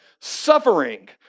suffering